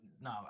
no